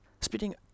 Speeding